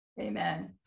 Amen